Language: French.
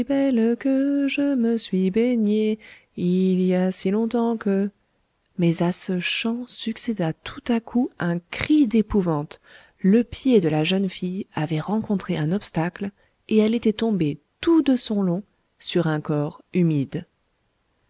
je me suis baigné il y a si longtemps que mais à ce chant succéda tout à coup un cri d'épouvante le pied de la jeune fille avait rencontré un obstacle et elle était tombée tout de son long sur un corps humide